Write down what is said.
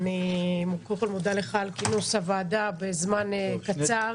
קודם כול אני מודה לך על כינוס הוועדה בזמן קצר